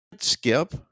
Skip